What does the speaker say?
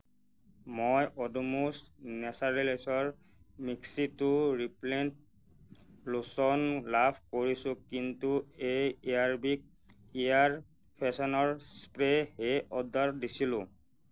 মই ওডোমছ নেচাৰেলছৰ mosquito repellent lotion লাভ কৰিছোঁ কিন্তু এই এয়াৰবেগ এয়াৰ ফ্ৰেছনাৰ স্প্ৰেহে অৰ্ডাৰ দিছিলোঁ